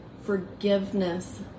forgiveness